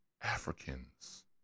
Africans